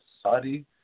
Saudi